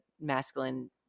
masculine